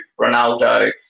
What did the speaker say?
Ronaldo